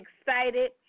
excited